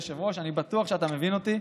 אדוני היושב-ראש, אני בטוח שאתה מבין אותי,